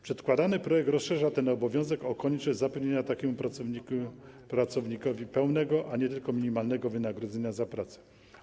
Przedkładany projekt rozszerza ten obowiązek o konieczność zapewnienia takiemu pracownikowi pełnego, a nie tylko minimalnego wynagrodzenia za pracę.